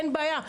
אין בעיה,